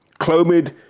Clomid